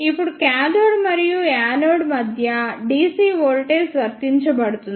ఇప్పుడు కాథోడ్ మరియు యానోడ్ మధ్య dc వోల్టేజ్ వర్తించబడుతుంది